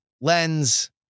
lens